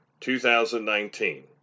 2019